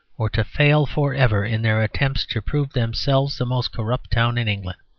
or to fail for ever in their attempt to prove themselves the most corrupt town in england.